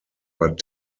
but